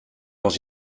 dans